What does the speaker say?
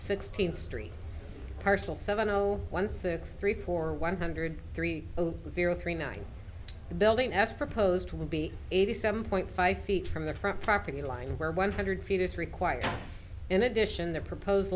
sixteenth street parcel seven zero one six three four one hundred three zero zero three nine the building has proposed will be eighty seven point five feet from the front property line where one hundred feet is required in addition the propose